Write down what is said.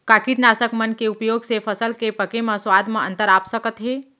का कीटनाशक मन के उपयोग से फसल के पके म स्वाद म अंतर आप सकत हे?